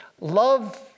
love